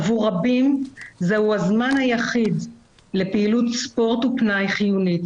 עבור רבים זהו הזמן היחיד לפעילות ספורט ופנאי חיונית